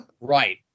Right